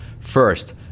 First